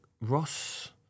Ross